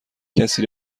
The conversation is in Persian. کسی